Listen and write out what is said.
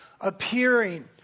appearing